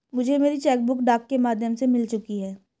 मुझे मेरी cheque book डाक के माध्यम से मिल चुकी है